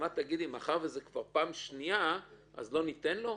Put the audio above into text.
תגידי שמאחר שזו הפעם השנייה לא ניתן לו?